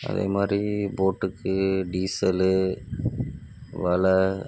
அதே மாதிரி போட்டுக்கு டீசலு வலை